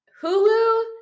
Hulu